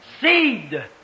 Seed